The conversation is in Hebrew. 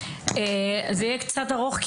זה יהיה קצת ארוך.